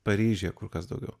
paryžiuje kur kas daugiau